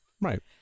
right